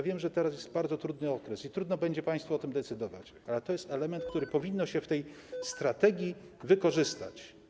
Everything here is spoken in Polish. Wiem, że teraz jest bardzo trudny okres i trudno będzie państwu o tym decydować, ale to jest element, który powinno się w tej strategii wykorzystać.